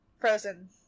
frozen